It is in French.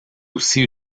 aussi